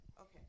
Okay